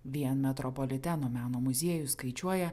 vien metropoliteno meno muziejus skaičiuoja